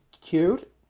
cute